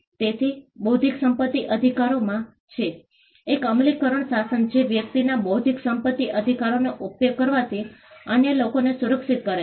તેથી બૌદ્ધિક સંપત્તિ અધિકારોમાં છે એક અમલીકરણ શાસન જે વ્યક્તિના બૌદ્ધિક સંપત્તિ અધિકારોનો ઉપયોગ કરવાથી અન્ય લોકોને સુરક્ષિત કરે છે